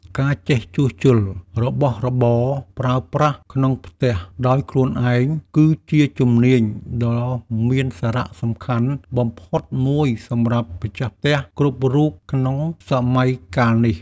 ការចេះជួសជុលរបស់របរប្រើប្រាស់ក្នុងផ្ទះដោយខ្លួនឯង គឺជាជំនាញដ៏មានសារៈសំខាន់បំផុតមួយសម្រាប់ម្ចាស់ផ្ទះគ្រប់រូបក្នុងសម័យកាលនេះ។